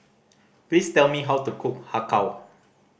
please tell me how to cook Har Kow